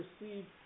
received